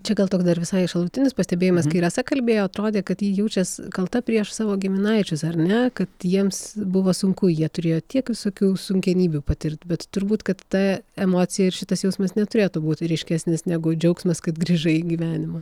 čia gal toks dar visai šalutinis pastebėjimas kai rasa kalbėjo atrodė kad ji jaučias kalta prieš savo giminaičius ar ne kad jiems buvo sunku jie turėjo tiek visokių sunkenybių patirt bet turbūt kad ta emocija ir šitas jausmas neturėtų būti ryškesnis negu džiaugsmas kad grįžai į gyvenimą